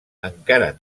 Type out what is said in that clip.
encara